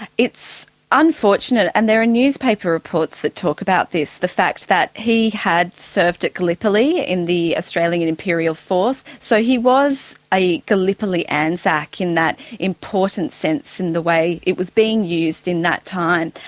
it's unfortunate, and there are newspaper reports that talk about this, the fact that he had served at gallipoli in the australian imperial force. so he was a gallipoli anzac in that important sense in the way it was being used in that time.